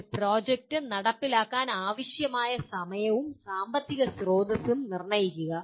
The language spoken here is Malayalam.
ഒരു പ്രോജക്റ്റ് നടപ്പിലാക്കാൻ ആവശ്യമായ സമയവും സാമ്പത്തിക സ്രോതസ്സുകളും നിർണ്ണയിക്കുക